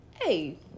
Hey